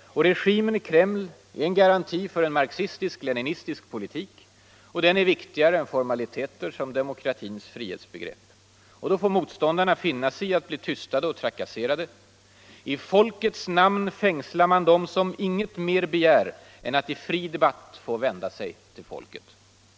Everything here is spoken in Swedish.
Och regimen i Kreml är en garanti för en marxistisk-leninistisk politik, och den är viktigare än formaliteter som demokratins frihetsbegrepp. Då får motståndarna finna sig i att bli tystade och trakasserade. I folkets namn fängslar man dem som inget mer begär än att i fri debatt få vända sig till folket.